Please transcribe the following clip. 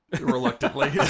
reluctantly